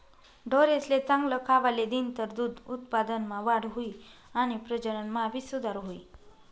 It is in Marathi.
ढोरेसले चांगल खावले दिनतर दूध उत्पादनमा वाढ हुई आणि प्रजनन मा भी सुधार हुई